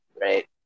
right